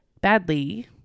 badly